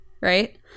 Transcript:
right